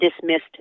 dismissed